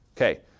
Okay